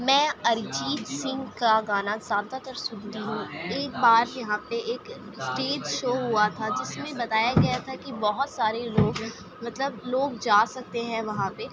میں ارجیت سنگھ کا گانا زیادہ تر سنتی ہوں ایک بار یہاں پہ ایک اسٹیج شو ہوا تھا جس میں بتایا گیا تھا کہ بہت سارے لوگ مطلب لوگ جا سکتے ہیں وہاں پہ